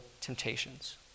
temptations